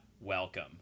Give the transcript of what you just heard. welcome